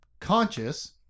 conscious